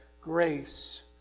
grace